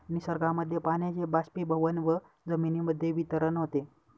निसर्गामध्ये पाण्याचे बाष्पीभवन व जमिनीमध्ये वितरण होते